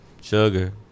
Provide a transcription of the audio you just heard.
sugar